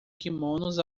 quimonos